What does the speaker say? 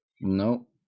no